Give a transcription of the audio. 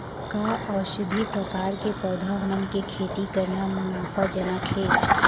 का औषधीय प्रकार के पौधा मन के खेती करना मुनाफाजनक हे?